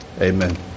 Amen